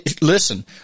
Listen